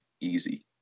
easy